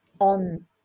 on